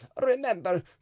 Remember